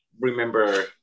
remember